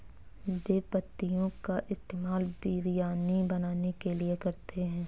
बे पत्तियों का इस्तेमाल बिरयानी बनाने के लिए करते हैं